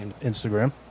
Instagram